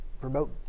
promote